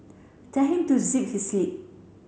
tell him to zip his lip